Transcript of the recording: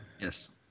Yes